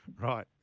Right